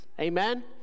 Amen